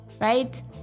right